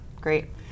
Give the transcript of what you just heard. great